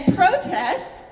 protest